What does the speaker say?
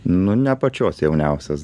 nu ne pačios jauniausios